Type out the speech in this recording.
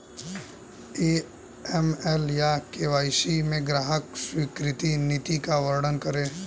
AML या KYC में ग्राहक स्वीकृति नीति का वर्णन करें?